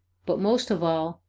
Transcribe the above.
but, most of all,